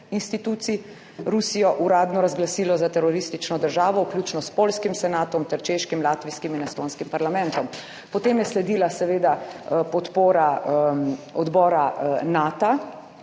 institucij Rusijo uradno razglasilo za teroristično državo, vključno s poljskim senatom ter češkim, latvijskim in estonskim parlamentom. Potem je sledila seveda podpora odbora Nata